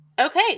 Okay